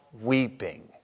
weeping